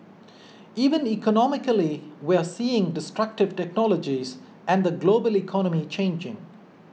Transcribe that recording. even economically we're seeing destructive technologies and the global economy changing